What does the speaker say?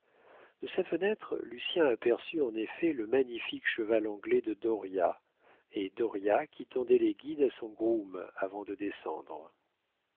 de sa fenêtre lucien aperçut en effet le magnifique cheval anglais de dauriat et dauriat qui tendait les guides à son groom avant de descendre